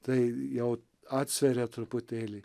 tai jau atsveria truputėlį